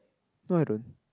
no I don't